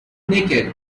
naked